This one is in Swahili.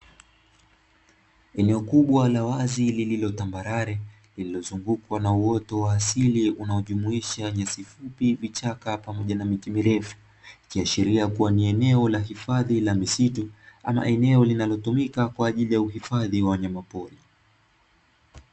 Eneo kubwa la wazi lililo tambarare lililozungukwa na uoto wa asili unaojumuisha nyasi fupi, vichaka pamoja na miti mirefu. Ikiashiria kua ni eneo la hifadhi la misitu ama eneo linalotumika kwa ajili ya hifadhi ya wanyama pori.